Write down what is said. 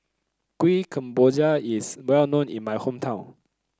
Kuih Kemboja is well known in my hometown